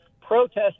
protest